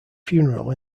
funeral